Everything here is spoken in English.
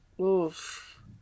Oof